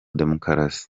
demokarasi